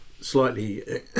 slightly